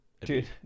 dude